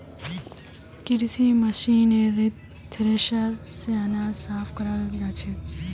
कृषि मशीनरीत थ्रेसर स अनाज साफ कराल जाछेक